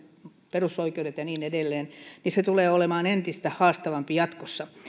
perusoikeudet ja niin edelleen se tulee olemaan entistä haastavampaa jatkossa